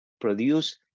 produce